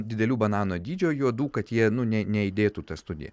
didelių banano dydžio juodų kad jie nu ne neaidėtų ta studija